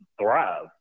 thrive